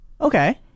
Okay